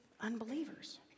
unbelievers